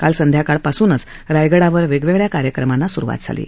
काल संध्याकाळपासूनच रायगडावर वेगवेगळ्या कार्यक्रमांना सुरुवात झाली आहे